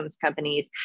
companies